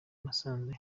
musanze